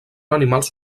animals